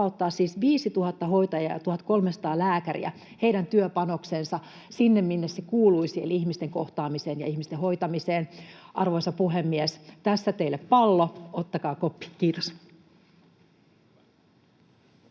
siis vapauttaa 5 000 hoitajan ja 1 300 lääkärin työpanoksen sinne, minne se kuuluisi, eli ihmisten kohtaamiseen ja ihmisten hoitamiseen. Arvoisa puhemies, tässä teille pallo, ottakaa koppi. — Kiitos.